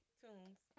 tunes